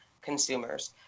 consumers